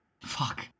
Fuck